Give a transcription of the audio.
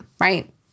right